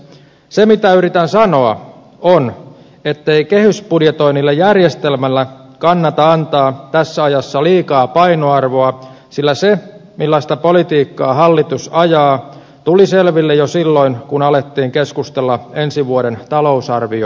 se mitä yritän sanoa on ettei kehysbudjetoinnille järjestelmänä kannata antaa tässä ajassa liikaa painoarvoa sillä se millaista politiikkaa hallitus ajaa tuli selville jo silloin kun alettiin keskustella ensi vuoden talousarvioesityksestä